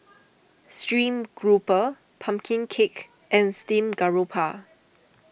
Stream Grouper Pumpkin Cake and Steamed Garoupa